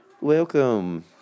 welcome